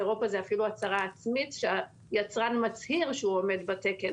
באירופה זה אפילו הצהרה עצמית שהיצרן מצהיר שהוא עומד בתקן.